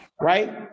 right